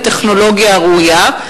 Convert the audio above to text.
בטכנולוגיה הראויה,